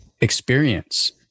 experience